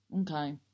Okay